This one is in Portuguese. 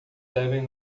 devem